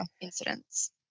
incidents